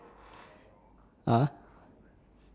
uh